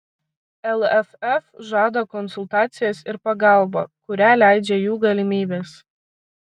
lff žada konsultacijas ir pagalbą kurią leidžia jų galimybės